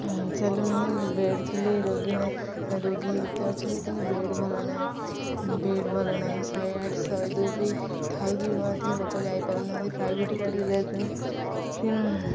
ଚାଲୁ ନାହିଁ ବେଡ଼ ଥିଲେ ରୋଗୀ ନା ରୋଗୀ ଏତେ ଅଛନ୍ତି କିନ୍ତୁ ବେଡ଼ ଭଲ ନାହିଁ ବେଡ଼ ଭଲ ନାହିଁ ଶହେ ଆଠ ଶହେ ଦୁଇ ବି ଥାଇକି ମଧ୍ୟ ଲୋକ ଯାଇପାରୁନାହାନ୍ତି ପ୍ରାଇଭେଟ ଗାଡ଼ିରେ ଯାଉଛନ୍ତି ତେଣୁ